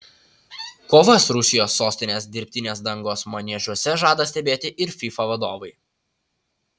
kovas rusijos sostinės dirbtinės dangos maniežuose žada stebėti ir fifa vadovai